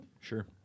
Sure